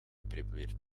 probeert